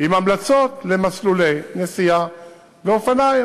עם המלצות למסלולי נסיעה באופניים.